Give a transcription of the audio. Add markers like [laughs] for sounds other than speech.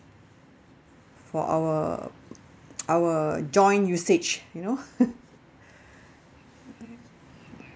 for our [noise] our joint usage you know [laughs]